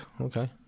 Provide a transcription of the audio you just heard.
okay